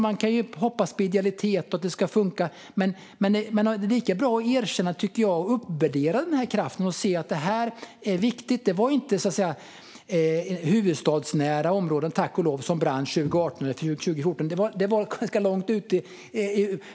Man kan hoppas på idealitet och att det ska funka, men jag tycker att det är lika bra att erkänna och uppvärdera den här kraften. Det här är viktigt. Det var inte huvudstadsnära områden, tack och lov, som brann 2018 och 2014, utan det var ganska långt ute i landet.